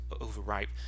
overripe